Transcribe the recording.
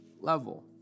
level